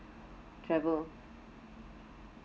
travel